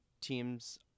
teams